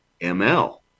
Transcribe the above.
.ml